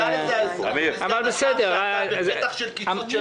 הוא מבקש כסף של